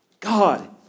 God